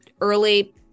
early